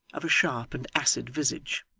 of a sharp and acid visage.